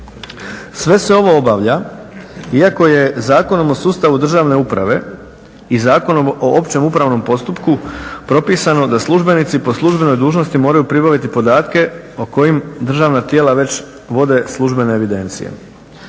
Sve se ovo obavlja iako je Zakonom o sustavu državne uprave i Zakonom o općem upravnom postupku propisano da službenici po službenoj dužnosti moraju pribaviti podatke o kojim državna tijela već vode službene evidencije.